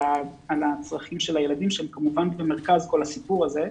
על הצרכים של הילדים שהם כמובן במרכז כל הסיפור הזה.